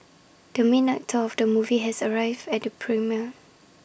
the main actor of the movie has arrived at the premiere